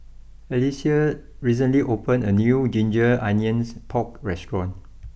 Alycia recently opened a new Ginger Onions Pork restaurant